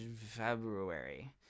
February